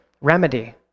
remedy